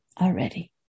already